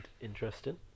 interesting